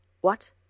What